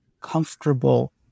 comfortable